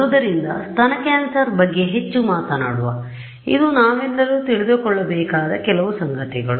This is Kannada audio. ಆದ್ದರಿಂದ ಸ್ತನ ಕ್ಯಾನ್ಸರ್ ಬಗ್ಗೆ ಹೆಚ್ಚು ಮಾತನಾಡುವ ಇದು ನಾವೆಲ್ಲರೂ ತಿಳಿದುಕೊಳ್ಳಬೇಕಾದ ಕೆಲವು ಸಂಗತಿಗಳು